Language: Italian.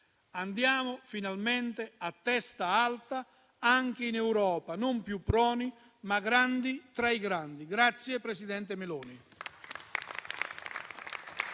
Andiamo finalmente a testa alta anche in Europa, non più proni, ma grandi tra i grandi. Grazie, presidente Meloni.